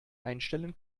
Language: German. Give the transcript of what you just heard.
einstellen